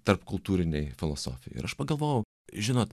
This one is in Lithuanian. tarpkultūrinei filosofijai ir aš pagalvojau žinot